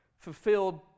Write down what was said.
Fulfilled